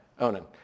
Onan